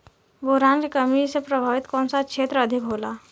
Boron के कमी से प्रभावित कौन सा क्षेत्र अधिक होला?